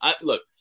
Look